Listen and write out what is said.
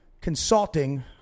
consulting